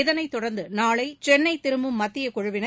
இதனைத் தொடர்ந்து நாளை சென்னை திரும்பும் மத்தியக் குழுவினர்